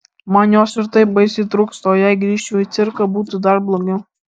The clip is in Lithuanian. man jos ir taip baisiai trūksta o jei grįžčiau į cirką būtų dar blogiau